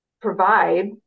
provide